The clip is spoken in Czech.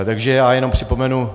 Takže já jen připomenu.